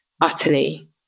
utterly